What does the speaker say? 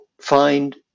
find